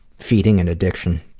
feeding an addiction.